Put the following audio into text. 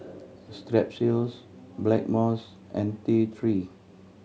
Strepsils Blackmores and T Three